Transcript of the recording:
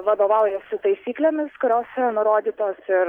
vadovaujasi taisyklėmis kurios yra nurodytos ir